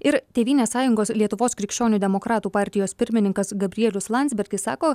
ir tėvynės sąjungos lietuvos krikščionių demokratų partijos pirmininkas gabrielius landsbergis sako